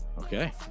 Okay